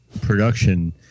production